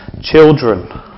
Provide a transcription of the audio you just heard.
children